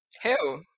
hell